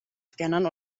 scannern